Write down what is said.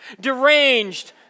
Deranged